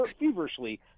feverishly